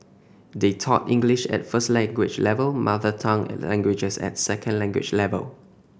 they taught English at first language level mother tongue languages at second language level